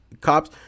cops